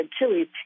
chilies